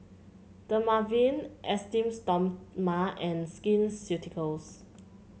Dermaveen Esteem Stoma and Skin Ceuticals